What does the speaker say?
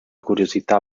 curiosità